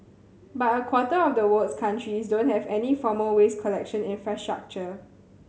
but a quarter of the world's countries don't have any formal waste collection infrastructure